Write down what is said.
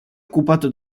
occupato